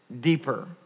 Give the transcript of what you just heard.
deeper